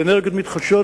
לאנרגיות מתחדשות